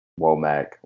Womack